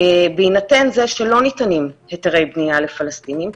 בהינתן זה שלא ניתנים היתרי בנייה לפלסטינים,